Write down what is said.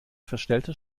verstellter